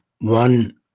one